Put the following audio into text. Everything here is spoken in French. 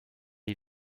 est